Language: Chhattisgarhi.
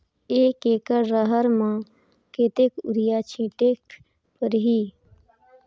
एक एकड रहर म कतेक युरिया छीटेक परही?